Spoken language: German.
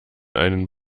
einen